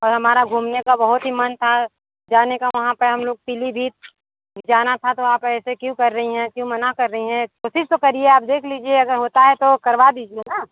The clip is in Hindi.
और हमारा घूमने का बहुत ही मन था जाने का वहाँ पर हमलोग पीलीभीत जाना था तो आप ऐसे क्यों कर रही हैं क्यों मना कर रही हैं कोशिश तो करिए आप देख लीजिए अगर होता है तो करवा दीजिए ना